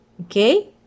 okay